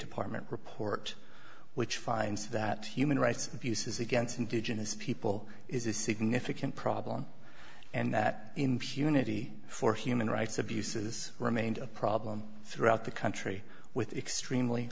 department report which finds that human rights abuses against indigenous people is a significant problem and that impunity for human rights abuses remains a problem throughout the country with extremely